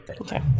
Okay